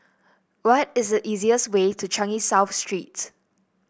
what is the easiest way to Changi South Street